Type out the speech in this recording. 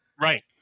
Right